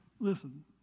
Listen